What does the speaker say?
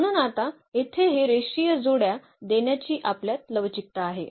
म्हणून आता येथे हे रेषीय जोड्या देण्याची आपल्यात लवचिकता आहे